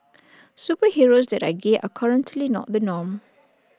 superheroes that are gay are currently not the norm